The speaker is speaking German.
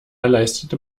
leistete